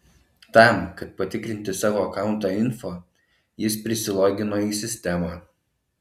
tam kad patikrinti savo akaunto info jis prisilogino į sistemą